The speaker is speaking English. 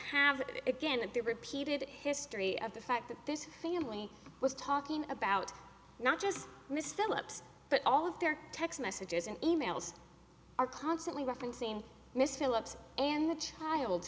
have again the repeated history of the fact that this family was talking about not just miss phillips but all of their text messages and e mails are constantly referencing miss phillips and the child